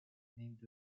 named